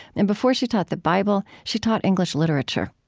and before she taught the bible, she taught english literature